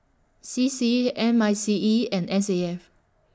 C C M I C E and S A F